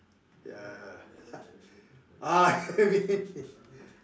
yeah